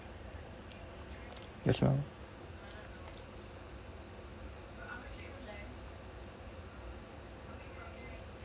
next round